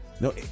No